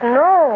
no